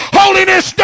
holiness